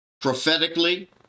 Prophetically